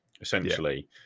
essentially